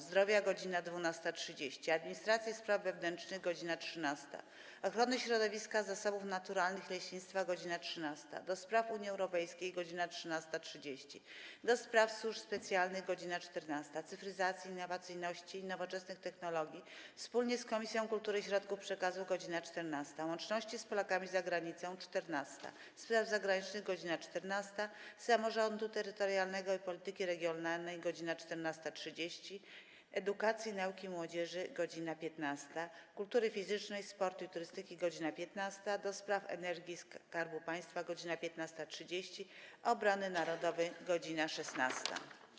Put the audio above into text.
Zdrowia - godz. 12.30, - Administracji i Spraw Wewnętrznych - godz. 13, - Ochrony Środowiska, Zasobów Naturalnych i Leśnictwa - godz. 13, - do Spraw Unii Europejskiej - godz. 13.30, - do Spraw Służb Specjalnych - godz. 14, - Cyfryzacji, Innowacyjności i Nowoczesnych Technologii wspólnie z Komisją Kultury i Środków Przekazu - godz. 14, - Łączności z Polakami za Granicą - godz. 14, - Spraw Zagranicznych - godz. 14, - Samorządu Terytorialnego i Polityki Regionalnej - godz. 14.30, - Edukacji, Nauki i Młodzieży - godz. 15, - Kultury Fizycznej, Sportu i Turystyki - godz. 15, - do Spraw Energii i Skarbu Państwa - godz. 15.30, - Obrony Narodowej - godz. 16.